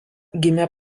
gimė